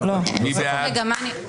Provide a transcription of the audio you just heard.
אני מוקצה.